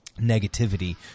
negativity